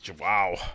Wow